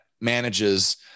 manages